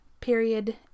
Period